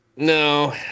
No